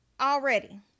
Already